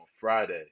Friday